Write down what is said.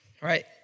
right